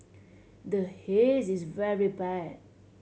the Haze is very bad